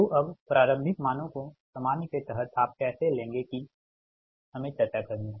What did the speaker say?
तो अब प्रारंभिक मानों को सामान्य के तहत आप कैसे लेंगे कि हमें चर्चा करनी है